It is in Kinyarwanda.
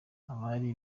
abari